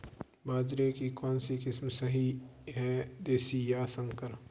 बाजरे की कौनसी किस्म सही हैं देशी या संकर?